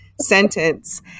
sentence